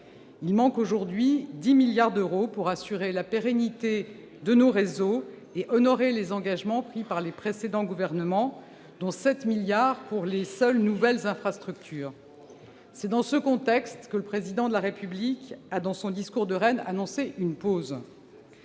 il manque aujourd'hui 10 milliards d'euros pour assurer la pérennité de nos réseaux et honorer les engagements pris par les précédents gouvernements, dont 7 milliards d'euros pour les seules nouvelles infrastructures. C'est dans ce contexte que le Président de la République a, dans son discours de Rennes, annoncé une pause.